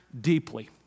deeply